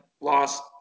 lost